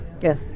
Yes